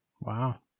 Wow